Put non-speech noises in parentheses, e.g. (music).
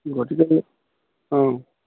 গতিকে (unintelligible) অঁ